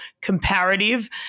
comparative